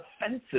offensive